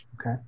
Okay